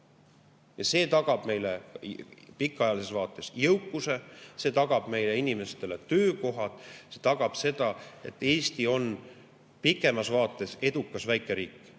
See tagab meile pikaajalises vaates jõukuse, see tagab meie inimestele töökohad. See tagab selle, et Eesti on pikemas vaates edukas väikeriik.